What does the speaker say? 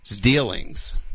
dealings